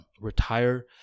retire